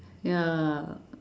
ya